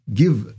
give